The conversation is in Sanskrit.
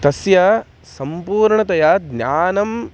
तस्य सम्पूर्णतया ज्ञानम्